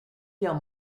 guerre